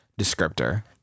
descriptor